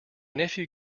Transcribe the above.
nephew